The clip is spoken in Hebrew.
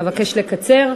אבקש לקצר.